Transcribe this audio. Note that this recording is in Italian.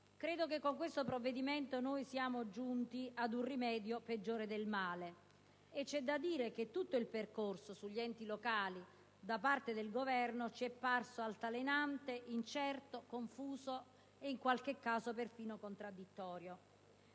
Camera. Con questo provvedimento siamo giunti ad un rimedio peggiore del male, e c'è da dire che l'intero percorso sugli enti locali da parte del Governo ci è parso altalenante, incerto, confuso e in qualche caso perfino contraddittorio.